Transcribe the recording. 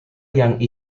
yang